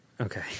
Okay